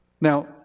Now